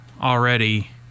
already